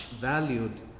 valued